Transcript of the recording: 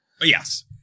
yes